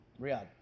Riyadh